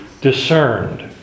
discerned